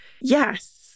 Yes